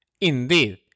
Indeed